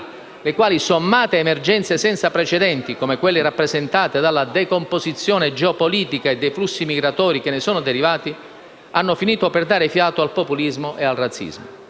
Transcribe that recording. le quali, sommate a emergenze senza precedenti come quelle rappresentate dalla decomposizione geopolitica e dai flussi migratori che ne sono derivati, hanno finito per dare fiato al populismo e al razzismo.